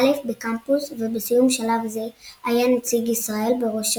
א' בקמפוס ובסיום שלב זה היה נציג ישראל בראש הדירוג.